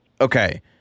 Okay